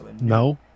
No